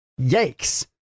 Yikes